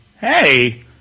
hey